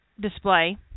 display